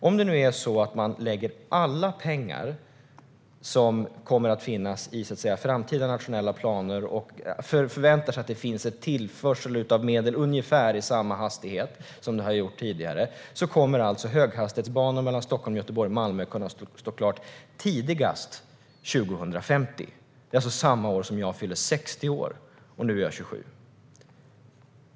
Om det nu är så att man lägger alla pengar som kommer att finnas i framtida nationella planer och förväntar sig att det sker en tillförsel av medel i ungefär samma hastighet som tidigare kommer höghastighetsbanor mellan Stockholm, Göteborg och Malmö att kunna stå klara tidigast 2050. Det är samma år som jag fyller 60 år, och nu är jag 27.